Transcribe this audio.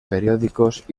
periódicos